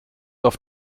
auf